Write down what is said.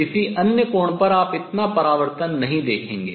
किसी अन्य कोण पर आप इतना परावर्तन नहीं देखेंगे